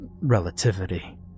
relativity